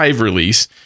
release